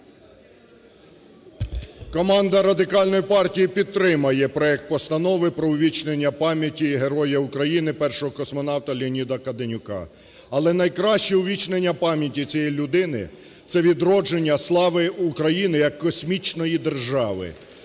Команда Радикальної партії підтримає проект Постанови про увічнення пам'яті Героя України, Першого космонавта Леоніда Каденюка. Але найкраще увічнення пам'яті цієї людини – це відродження слави України як космічної держави,